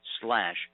slash